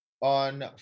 on